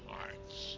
Hearts